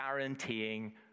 Guaranteeing